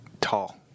Tall